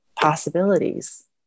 possibilities